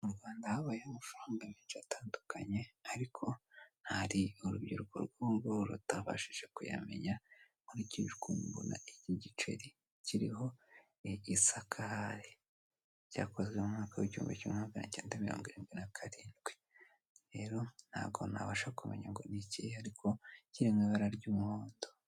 Mu Rwanda habayeho amafaranga menshi atandukanye ariko hari urubyiruko rw'ubu rutabashije kuyamenya, nkurikijwe uko mbona iki giceri kiriho igisakari, cyakozwe mu mwaka w'igihumbi kimwe na magana cyenda mirongo irindwi na karindwi, rero ntabwo nabasha kumenya ngo ni ikihe ariko kiri mu ibara ry'umuhondo.